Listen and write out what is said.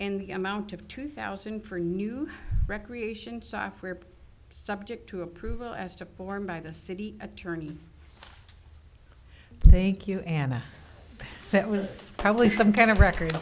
n the amount of two thousand for new recreation software subject to approval as to form by the city attorney thank you and that was probably some kind of record